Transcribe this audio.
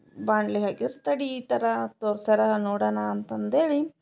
ಬಾಣ್ಲಿಗೆ ಹಾಕಿದ್ರು ತಡಿ ಈ ಥರ ತೋರ್ಸಾರೆ ನೋಡೋಣ ಅಂತಂದೇಳಿ